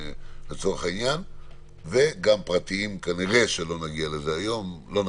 וגם על אנשים פרטיים אבל כנראה לא נגיע לזה היום.